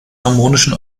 harmonischen